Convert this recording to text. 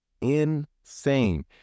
Insane